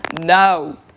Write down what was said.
No